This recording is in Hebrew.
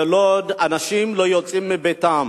בלוד אנשים לא יוצאים מביתם,